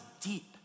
deep